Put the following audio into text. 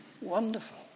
wonderful